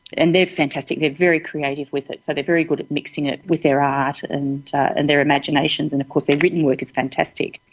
and they're fantastic, they're very creative with it. so they're very good at mixing it with their art and and their imagination and of course their written work is fantastic.